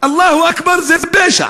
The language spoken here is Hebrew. "אללהו אכבר" זה פשע.